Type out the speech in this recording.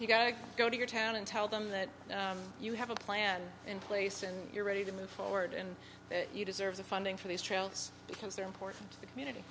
you've got to go to your town and tell them that you have a plan in place and you're ready to move forward and you deserve the funding for these trials because they're important to the community